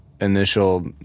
initial